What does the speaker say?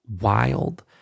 wild